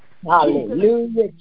Hallelujah